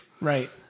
Right